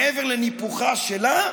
מעבר לניפוחה שלה,